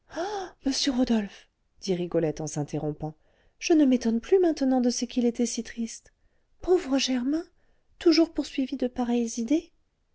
monsieur rodolphe dit rigolette en s'interrompant je ne m'étonne plus maintenant de ce qu'il était si triste pauvre germain toujours poursuivi de pareilles idées